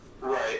Right